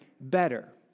better